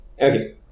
Okay